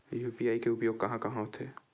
UPI के उपयोग कहां कहा होथे?